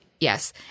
Yes